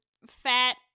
fat